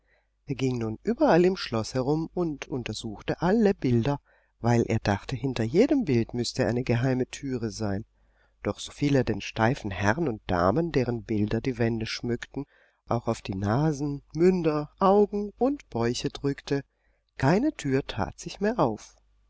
er ging nun überall im schloß herum und untersuchte alle bilder weil er dachte hinter jedem bild müßte eine geheime türe sein doch soviel er den steifen herren und damen deren bilder die wände schmückten auch auf die nasen münder augen und bäuche drückte keine tür tat sich mehr auf